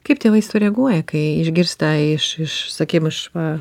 kaip tėvai sureaguoja kai išgirsta iš iš sakykim iš va